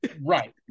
Right